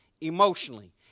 emotionally